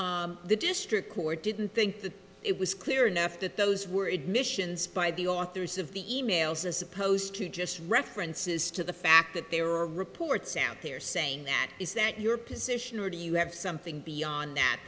reports the district court didn't think it was clear enough that those were admissions by the authors of the emails as opposed to just references to the fact that there are reports out there saying is that your position or do you have something beyond that